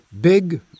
big